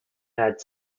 had